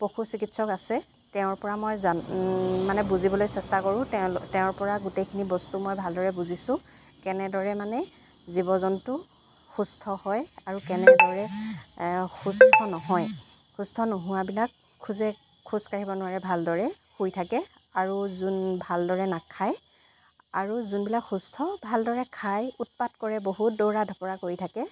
পশু চিকিৎসক আছে তেওঁৰপৰা মই মানে বুজিবলৈ চেষ্টা কৰোঁ তেওঁ তেওঁৰপৰা গোটেইখিনি বস্তু মই ভালদৰে বুজিছোঁ কেনেদৰে মানে জীৱ জন্তু সুস্থ হয় আৰু কেনেদৰে সুস্থ নহয় সুস্থ নোহোৱাবিলাক খোজে খোজ কাঢ়িব নোৱাৰে ভালদৰে শুই থাকে আৰু যোন ভালদৰে নাখায় আৰু যোনবিলাক সুস্থ ভালদৰে খায় উৎপাত কৰে বহুত দৌৰা ঢপৰা কৰি থাকে